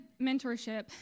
mentorship